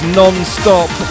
non-stop